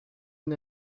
and